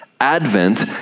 advent